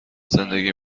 زندگی